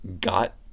got